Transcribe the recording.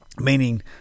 meaning